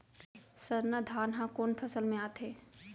सरना धान ह कोन फसल में आथे?